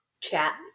Chat